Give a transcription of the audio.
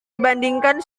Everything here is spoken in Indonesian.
dibandingkan